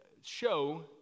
show